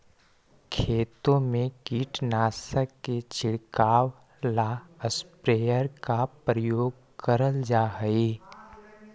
खेतों में कीटनाशक के छिड़काव ला स्प्रेयर का उपयोग करल जा हई